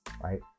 right